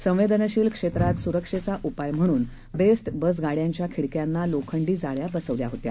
संवेदनशील क्षेत्रात सुरक्षेचा उपाय म्हणून बेस्ट बसगाडयांच्या खिडक्यांना लोखंडी जाळ्या बसवल्या होत्या